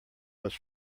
was